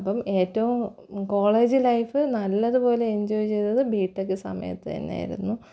അപ്പോള് ഏറ്റവും college life നല്ലത് പോലെ എൻജോയ് ചെയ്തത് ബി ടെക് സമയത്തുതന്നെ ആയിരുന്നു